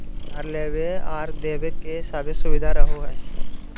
उधार लेबे आर देबे के सभै सुबिधा रहो हइ